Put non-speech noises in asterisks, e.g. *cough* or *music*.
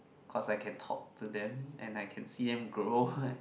cause I can talk to them and I can see them grow *laughs*